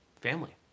family